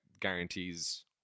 guarantees